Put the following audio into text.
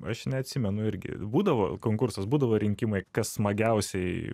aš neatsimenu irgi būdavo konkursas būdavo rinkimai kas smagiausiai